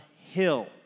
Hill